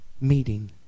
meeting